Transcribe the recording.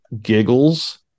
Giggles